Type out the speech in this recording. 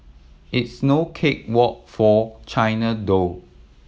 it's no cake walk for China though